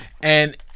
And-